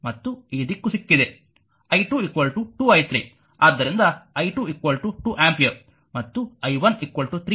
ಮತ್ತು ಈ ದಿಕ್ಕು ಸಿಕ್ಕಿದೆ i2 2 i 3 ಆದ್ದರಿಂದ i2 2 ಆಂಪಿಯರ್